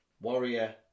warrior